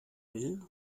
will